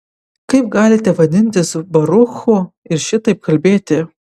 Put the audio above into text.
kaip galite vadintis baruchu ir šitaip kalbėti